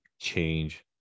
change